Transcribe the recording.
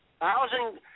Housing